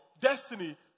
destiny